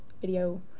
video